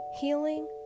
Healing